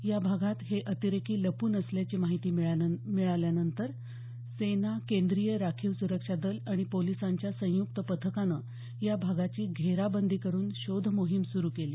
या भागात हे अतिरेकी लपून असल्याची माहिती मिळाल्यानंतर सेना केंद्रीय राखीव सुरक्षा दल आणि पोलिसांच्या संयुक्त पथकानं या भागाची घेराबंदी करून शोधमोहीम सुरू केली